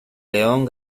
león